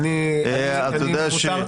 אם זה החזקה זה יותר נמוך.